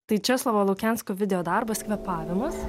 tai česlovo lukensko video darbas kvėpavimas